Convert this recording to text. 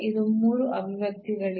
ಇದು ಮೂರು ಅಭಿವ್ಯಕ್ತಿಗಳಿಗೆ